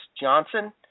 Johnson